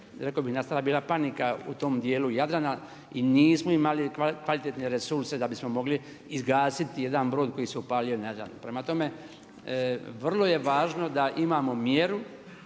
rekao bih nastala bila panika u tom dijelu Jadrana i nismo imali kvalitetne resurse da bismo mogli izgasiti jedan brod koji se upalio na Jadranu. Prema tome, vrlo je važno da imamo mjeru